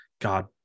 God